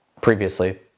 previously